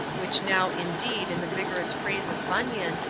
which now, indeed, in the vigorous phrase of bunyan,